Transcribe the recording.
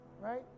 right